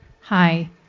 Hi